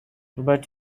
but